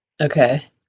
Okay